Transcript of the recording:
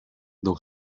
don